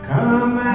Come